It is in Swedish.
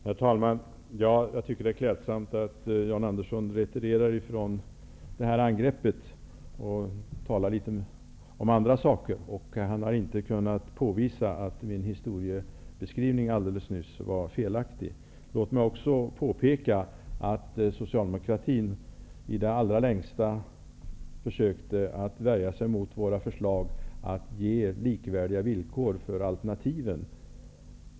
Herr talman! Jag tycker att det är klädsamt att Jan Andersson retirerar från angreppet och talar litet om andra saker. Han har inte kunnat påvisa att min historiebeskrivning alldeles nyss var felaktig. Låt mig också påpeka att socialdemokratin i det allra längsta försökte att värja sig mot våra förslag att ge likvärdiga villkor för alternativen.